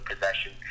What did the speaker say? possession